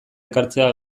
ekartzea